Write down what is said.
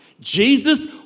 Jesus